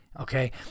Okay